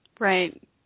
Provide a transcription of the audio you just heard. Right